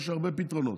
ויש הרבה פתרונות.